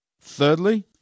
Thirdly